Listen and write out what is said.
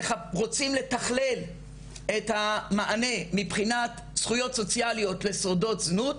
רוצים לתכלל את המענה מבחינת זכויות סוציאליות לשורדות זנות,